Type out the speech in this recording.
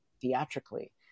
theatrically